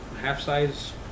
half-size